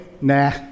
nah